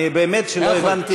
אני באמת לא הבנתי.